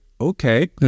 okay